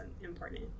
important